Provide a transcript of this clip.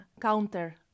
counter